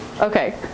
Okay